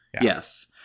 yes